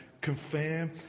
confirm